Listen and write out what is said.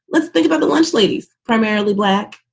let's think about the lunch ladies. primarily black.